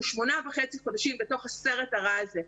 אנחנו שמונה וחצי חודשים בתוך הסרט הרע הזה.